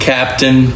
Captain